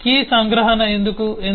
ఇది కీ సంగ్రహణ ఎందుకు